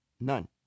none